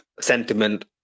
sentiment